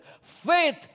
Faith